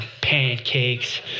pancakes